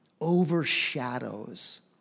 overshadows